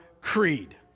creed